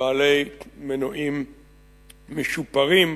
בעלי מנועים משופרים,